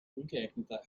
ungeeigneter